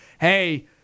hey